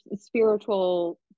spiritual